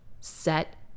set